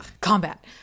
combat